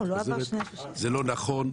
זה לא נכון.